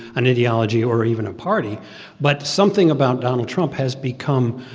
an ideology or even a party but something about donald trump has become,